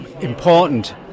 important